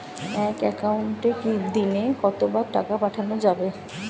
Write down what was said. এক একাউন্টে দিনে কতবার টাকা পাঠানো যাবে?